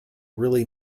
really